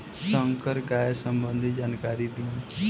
संकर गाय संबंधी जानकारी दी?